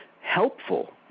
helpful